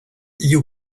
you